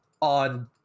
on